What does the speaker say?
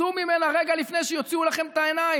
צאו ממנה רגע לפני שיוציאו לכם את העיניים.